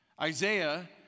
Isaiah